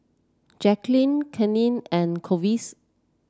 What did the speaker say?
Jacquelynn Kaitlyn and Clovis